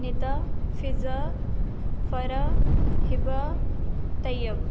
Nida Fazza Farah Hiba Tayyab